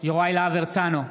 יוראי להב הרצנו,